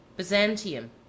Byzantium